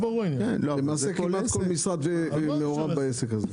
למעשה כמעט כל משרד מעורב בעסק הזה.